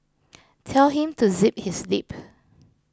tell him to zip his lip